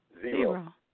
Zero